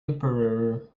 emperor